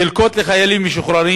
חלקות לחיילים משוחררים,